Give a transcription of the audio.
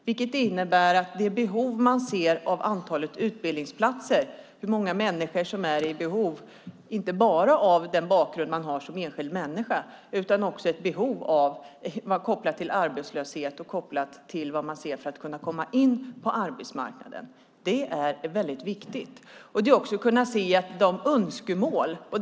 Det innebär att man ser på vilket antal utbildningsplatser det finns behov av och hur många människor som har behov av detta. Då handlar det inte bara om den bakgrund man har som enskild människa utan också om ett behov kopplat till arbetslöshet och kopplat till vad man ser behövs för att komma in på arbetsmarknaden. Det är mycket viktigt. Det gäller också att kunna se vilka önskemål som finns.